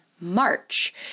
March